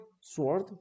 sword